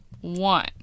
One